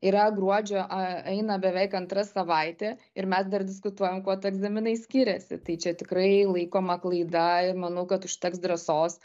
yra gruodžio eina beveik antra savaitė ir mes dar diskutuojam kuo tie egzaminai skiriasi tai čia tikrai laikoma klaida manau kad užteks drąsos